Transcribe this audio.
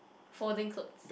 folding clothes